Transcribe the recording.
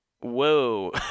Whoa